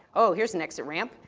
oh, here's an exit ramp.